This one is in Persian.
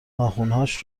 ناخنهاش